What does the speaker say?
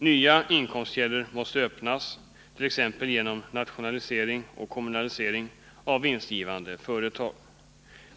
Nya inkomstkällor måste öppnas, t.ex. genom nationalisering och kommunalisering av vinstgivande företag.